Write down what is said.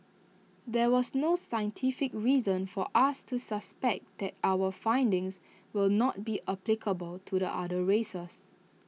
there was no scientific reason for us to suspect that our findings will not be applicable to the other races